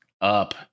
up